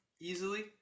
easily